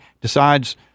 decides